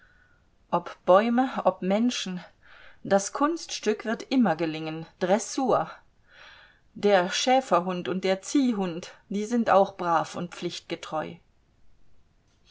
ob bäume ob menschen das kunststück wird immer gelingen dressur der schäferhund und der ziehhund die sind auch brav und